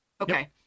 Okay